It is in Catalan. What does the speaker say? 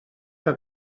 que